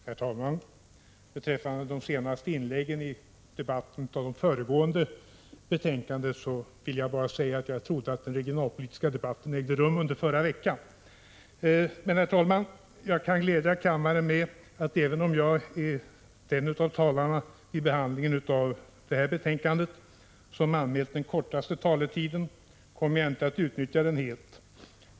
Herr talman! I anslutning till de sista inläggen i debatten med anledning av föregående betänkande vill jag bara säga att jag trodde att den regionalpolitiska debatten ägde rum under förra veckan. Herr talman! Jag kan glädja kammaren med att även om jag är den av talarna vid behandlingen av detta betänkande som anmält den kortaste taletiden, kommer jag inte att utnyttja den helt.